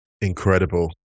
Incredible